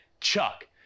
chuck